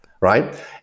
right